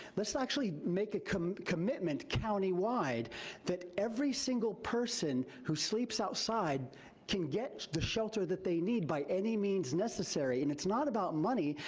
let's actually make a commitment countywide that every single person who sleeps outside can get the shelter that they need by any means necessary. and it's not about money,